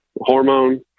hormone